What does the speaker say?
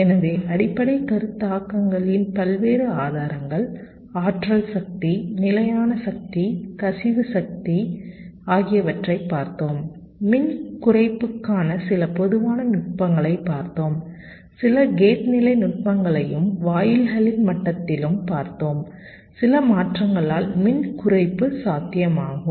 எனவே அடிப்படைக் கருத்தாக்கங்களின் பல்வேறு ஆதாரங்கள் ஆற்றல் சக்தி நிலையான சக்தி கசிவு சக்தி ஆகியவற்றைப் பார்த்தோம் மின் குறைப்புக்கான சில பொதுவான நுட்பங்களைப் பார்த்தோம் சில கேட் நிலை நுட்பங்களையும் வாயில்களின் மட்டத்திலும் பார்த்தோம் சில மாற்றங்களால் மின் குறைப்பு சாத்தியமாகும்